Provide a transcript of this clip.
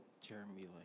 Jeremy